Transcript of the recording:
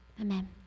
Amen